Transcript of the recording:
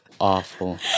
awful